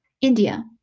India